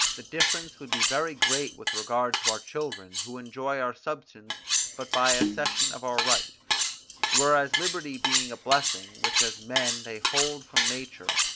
the difference would be very great with regard to our children, who enjoy our substance but by a cession of our right whereas liberty being a blessing, which as men they hold from nature,